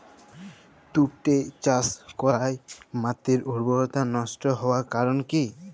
তুতে চাষ করাই মাটির উর্বরতা নষ্ট হওয়ার কারণ কি?